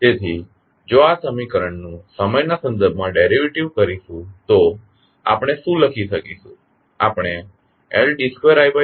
તેથી જો આ સમીકરણનું સમયના સંદર્ભમાં ડેરીવેટીવ કરીશું તો આપણે શુ લખી શકીશું